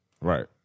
Right